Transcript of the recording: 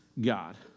God